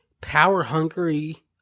power-hungry